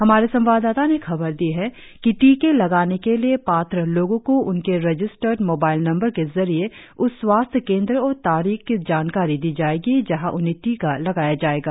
हमारे संवाददाता ने खबर दी है कि टीके लगाने के लिए पात्र लोगों को उनके रजिस्टर्ड मोबाइल नंबर के जरिए उस स्वास्थ्य केन्द्र और तारीख की जानकारी दी जाएगी जहां उन्हें टीका लगाया जाएगा